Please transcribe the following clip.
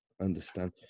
understand